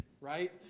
Right